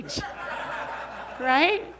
right